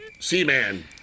Seaman